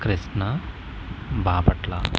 Krishna Bapatla